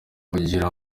ugira